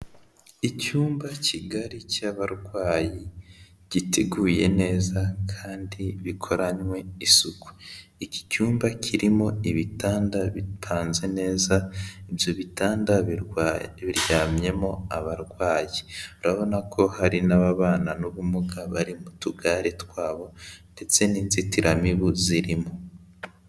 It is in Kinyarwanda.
Icyumba kigari cy'abarwayi giteguye neza kandi bikoranywe isuku, iki cyumba kirimo ibitanda bipanze neza, ibyo bitanda biryamyemo abarwayi, urabona ko hari n'ababana n'ubumuga bari mu tugare twabo ndetse n'inzitiramibu zirimo.